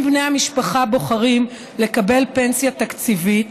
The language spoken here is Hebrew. אם בני המשפחה בוחרים לקבל פנסיה תקציבית,